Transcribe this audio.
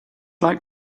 like